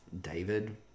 david